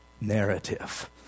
narrative